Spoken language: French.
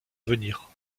venir